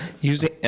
using